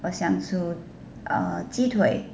我想煮 uh 鸡腿